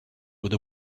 where